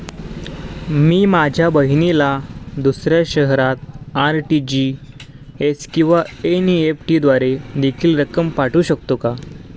मी माझ्या बहिणीला दुसऱ्या शहरात आर.टी.जी.एस किंवा एन.इ.एफ.टी द्वारे देखील रक्कम पाठवू शकतो का?